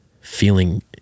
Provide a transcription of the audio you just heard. feeling